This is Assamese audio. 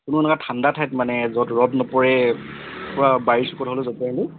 এনেকুৱা ঠাণ্ডা ঠাইত মানে য'ত ৰ'দ নপৰে